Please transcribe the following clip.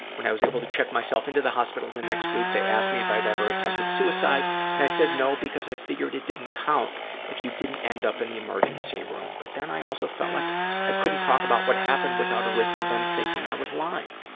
when i was able to check myself into the hospital the next week, they asked me if i'd ever attempted suicide and i said no because i figured it didn't count if you didn't end up in the emergency room, but then i also felt like i couldn't talk about what happened without a risk of them thinking i was lying.